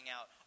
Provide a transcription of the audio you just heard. out